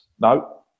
No